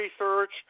research